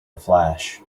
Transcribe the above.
flash